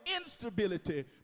instability